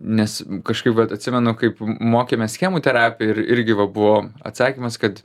nes kažkaip vat atsimenu kaip mokėmės schemų terapiją ir irgi va buvo atsakymas kad